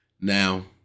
Now